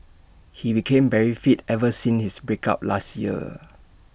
he became very fit ever since his break up last year